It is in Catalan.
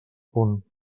punt